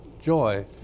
joy